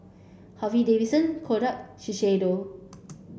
Harley Davidson Kodak Shiseido